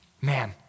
Man